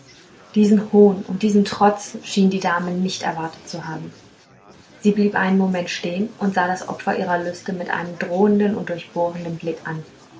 diesen hohn und diesen trotz schien die dame nicht erwartet zu haben sie blieb einen moment stehen und sah das opfer ihrer lüste mit einem drohenden und durchbohrenden blick an